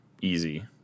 easy